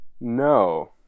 No